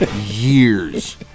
years